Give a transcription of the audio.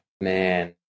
man